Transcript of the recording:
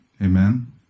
Amen